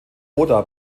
oda